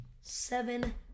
seven